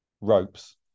ropes